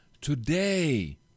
Today